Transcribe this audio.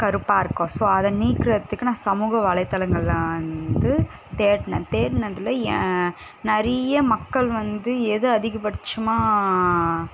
கருப்பாக இருக்கும் ஸோ அதை நீக்குறதுக்கு நான் சமூக வலைதளங்கள்ல நான் வந்து தேடினேன் தேடுனதில் ஏன் நிறைய மக்கள் வந்து எதை அதிகபட்சமாக